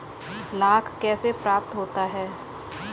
लाख कैसे प्राप्त होता है?